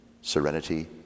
serenity